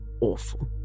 awful